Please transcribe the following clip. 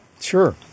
Sure